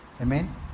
Amen